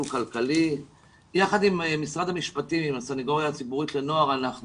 ביקשתי את חוה לוי ממשרד העבודה והרווחה ואחר כך לגבי הארגונים,